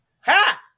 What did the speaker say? Ha